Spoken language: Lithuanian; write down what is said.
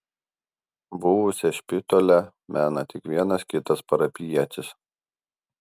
buvusią špitolę mena tik vienas kitas parapijietis